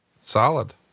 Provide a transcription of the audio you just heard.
Solid